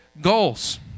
goals